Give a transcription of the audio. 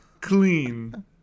clean